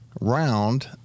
round